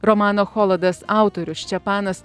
romano cholodas autorius ščepanas